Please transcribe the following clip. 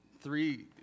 three